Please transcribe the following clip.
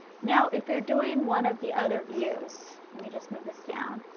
now if you are doing one of the other views, let me just move this down.